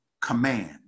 command